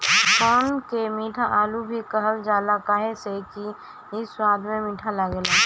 कोन के मीठा आलू भी कहल जाला काहे से कि इ स्वाद में मीठ लागेला